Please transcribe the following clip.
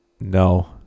No